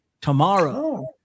tomorrow